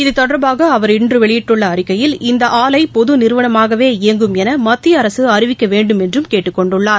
இது தொடர்பாகஅவர் இன்றுவெளியிட்டுள்ள அறிக்கையில் இந்தஆலைபொதுநிறுவனமாகவே இயங்கும் எனமத்தியஅரசுஅறிவிக்கவேண்டுமென்றும் கேட்டுக் கொண்டுள்ளார்